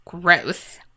gross